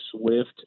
Swift